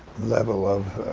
level of